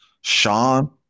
Sean